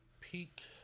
Peak